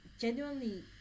genuinely